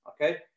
okay